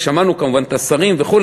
שמענו את השרים וכו',